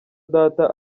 data